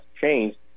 changed